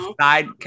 side